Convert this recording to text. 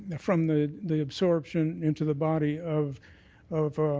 ah from the the absorption into the body of of